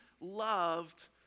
loved